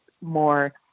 more